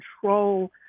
control